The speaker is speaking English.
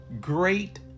Great